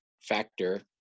factor